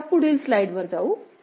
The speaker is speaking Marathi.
तर आता पुढील स्लाइडवर जाऊ